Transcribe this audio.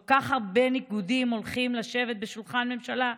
כל כך הרבה ניגודים הולכים לשבת בשולחן הממשלה,